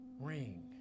ring